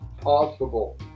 possible